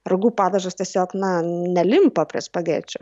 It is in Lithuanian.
ragu padažas tiesiog na nelimpa prie spagečių